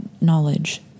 knowledge